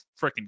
freaking